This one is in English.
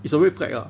it's a red flag ah